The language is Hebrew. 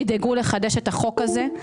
תדאגו לחדש את החוק הזה,